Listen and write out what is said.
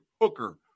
Hooker